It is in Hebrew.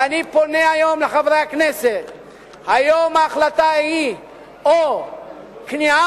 ואני פונה היום לחברי הכנסת: היום ההחלטה היא או כניעה